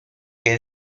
que